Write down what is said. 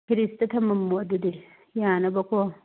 ꯐ꯭ꯔꯤꯖꯇ ꯊꯝꯂꯝꯃꯣ ꯑꯗꯨꯗꯤ ꯌꯥꯅꯕꯀꯣ